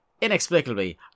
inexplicably